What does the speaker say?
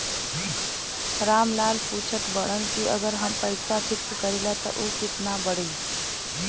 राम लाल पूछत बड़न की अगर हम पैसा फिक्स करीला त ऊ कितना बड़ी?